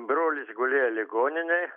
brolis gulėjo ligoninėj